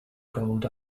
called